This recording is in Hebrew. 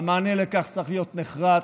והמענה לכך צריך להיות נחרץ,